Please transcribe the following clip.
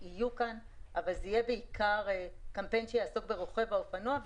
זה יהיה קמפיין שיעסוק בעיקר ברוכב האופנוע,